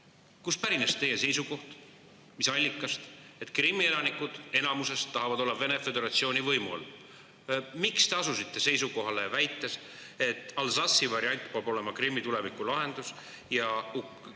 Kust pärines teie seisukoht, mis allikast, et Krimmi elanikud enamuses tahavad olla Vene föderatsiooni võimu all? Miks te asusite seisukohale, väites, et Alsace'i variant peab olema Krimmi tulevikulahendus ja